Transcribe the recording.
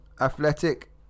Athletic